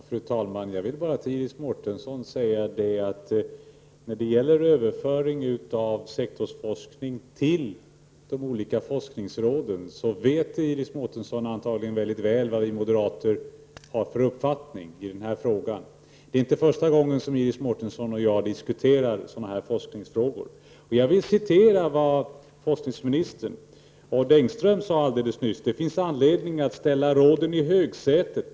Fru talman! Iris Mårtensson vet antagligen mycket väl vad vi moderater har för uppfattning om överföring av sektorsforskning till de olika forskningsråden. Det är inte första gången som Iris Mårtensson och jag diskuterar sådana här forskningsfrågor. Jag vill återge vad forskningsministern Odd Engström, sade alldeles nyss: Det finns anledning att ställa råden i högsätet.